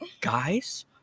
guys